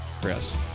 Chris